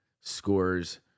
scores